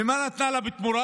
ומה היא נתנה לה בתמורה?